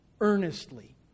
earnestly